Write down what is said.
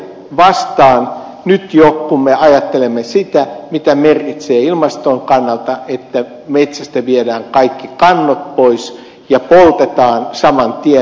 se tulee vastaan nyt jo kun me ajattelemme sitä mitä merkitsee ilmaston kannalta että metsästä viedään kaikki kannot pois ja poltetaan saman tien